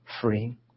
free